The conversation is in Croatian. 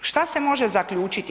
Šta se može zaključiti?